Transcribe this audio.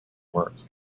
works